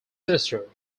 sister